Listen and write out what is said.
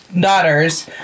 daughters